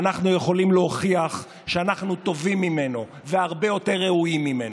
ואנחנו יכולים להוכיח שאנחנו טובים ממנו והרבה יותר ראויים ממנו.